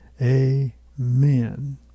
amen